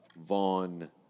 Vaughn